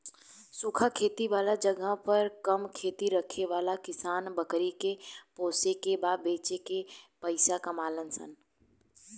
सूखा खेती वाला जगह पर कम खेत रखे वाला किसान बकरी के पोसे के आ बेच के पइसा कमालन सन